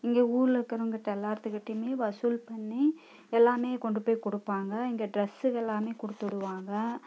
இங்கே ஊரில் இருக்கறவங்க கிட்டே எல்லாத்து கிட்டேயுமே வசூல் பண்ணி எல்லாம் கொண்டு போய் கொடுப்பாங்க இங்கே ட்ரெஸு எல்லாம் கொடுத்து விடுவாங்க